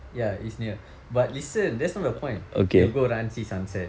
ya it's near but listen that's not the point he will go run see sunset